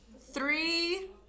three